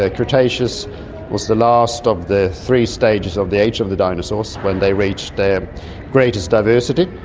ah cretaceous was the last of the three stages of the age of the dinosaurs when they reached their greatest diversity.